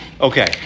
Okay